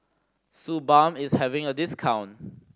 Suu Balm is having a discount